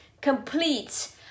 complete